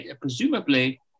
Presumably